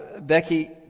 Becky